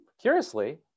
Curiously